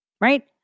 Right